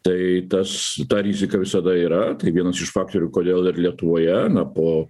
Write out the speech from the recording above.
tai tas ta rizika visada yra vienas iš faktorių kodėl ir lietuvoje na po